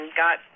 got